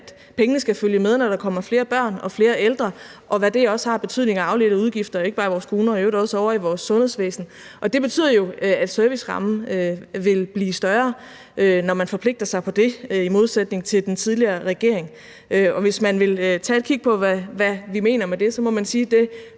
at pengene skal følge med, når der kommer flere børn og flere ældre, og hvad det har af betydning af afledte udgifter, ikke bare i vores kommuner, men i øvrigt også ovre i vores sundhedsvæsen. Det betyder jo, at servicerammen vil blive større, når man forpligter sig på det i modsætning til den tidligere regering. Hvis man vil tage et kig på, hvad vi mener med det, så må man sige, at det